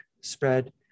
spread